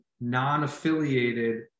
non-affiliated